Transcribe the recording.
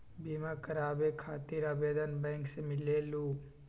बिमा कराबे खातीर आवेदन बैंक से मिलेलु?